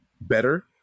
better